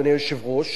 אדוני היושב-ראש,